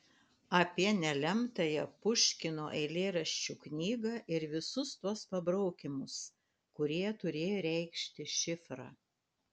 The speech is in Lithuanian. apie nelemtąją puškino eilėraščių knygą ir visus tuos pabraukymus kurie turėję reikšti šifrą